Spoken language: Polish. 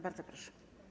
Bardzo proszę.